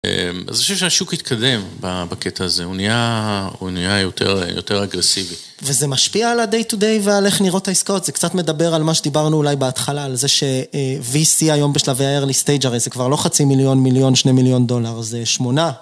אז אני חושב שהשוק התקדם בקטע הזה, הוא נהיה יותר אגרסיבי. וזה משפיע על ה- day to day ועל איך נראות העיסקאות, זה קצת מדבר על מה שדיברנו אולי בהתחלה, על זה ש- VC היום בשלבי Early stagres. זה כבר לא חצי מיליון, מיליון, שני מיליון דולר. זה שמונה...